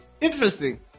interesting